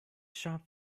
shop